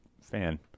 fan